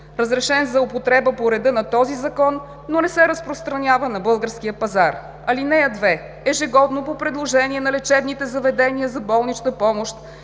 разрешен е за употреба по реда на този закон, но не се разпространява на българския пазар. (2) Ежегодно по предложение на лечебните заведения за болнична помощ